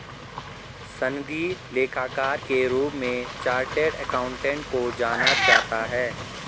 सनदी लेखाकार के रूप में चार्टेड अकाउंटेंट को जाना जाता है